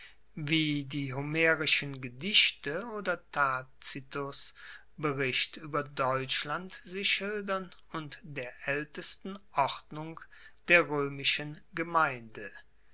wie die homerischen gedichte oder tacitus bericht ueber deutschland sie schildern und der aeltesten ordnung der roemischen gemeinde